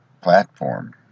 platform